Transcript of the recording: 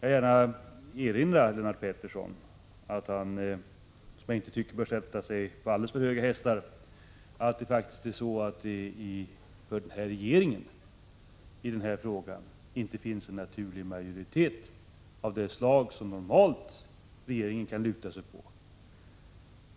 Jag kan erinra Lennart Pettersson, som jag inte tycker bör sätta sig på alldeles för höga hästar, om att det för regeringen i denna fråga inte finns en naturlig majoritet av det slag som den normalt kan luta sig mot.